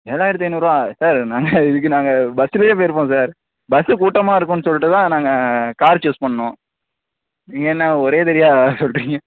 ஏழாயிரத்து ஐநூறுவா சார் நாங்கள் இதுக்கு நாங்கள் பஸ்லயே போயிருப்போம் சார் பஸ்ஸு கூட்டமாக இருக்குன்னு சொல்லிட்டு தான் நாங்கள் கார் சூஸ் பண்ணோம் நீங்கள் என்ன ஒரேதடியாக சொல்லுறீங்க